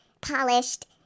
polished